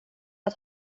att